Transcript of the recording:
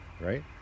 right